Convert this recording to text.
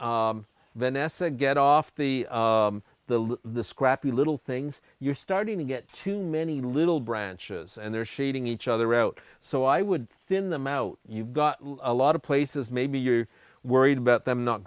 venessa get off the the limb the scrappy little things you're starting to get too many little branches and they're shading each other out so i would thin them out you've got a lot of places maybe you're worried about them not